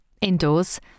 indoors